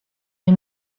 nie